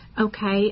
Okay